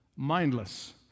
mindless